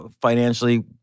financially